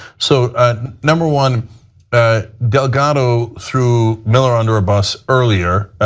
so ah number one ah delgado threw miller under a bus earlier